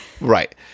Right